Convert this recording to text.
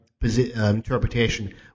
interpretation